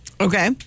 Okay